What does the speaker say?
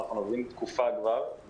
אנחנו עובדים תקופה כבר,